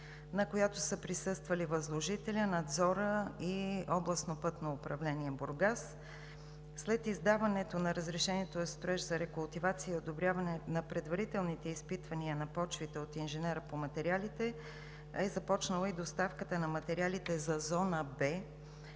на която са присъствали възложителят, надзорът и Областно пътно управление – Бургас. След издаването на разрешението за строеж, за рекултивация и одобряване на предварителните изпитвания на почвите от инженера по материалите е започнала и доставката на материалите за зона Б